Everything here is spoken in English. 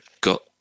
got